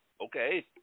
Okay